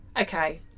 Okay